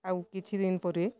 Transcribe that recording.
ଆଉ କିଛିଦିନ ପରେ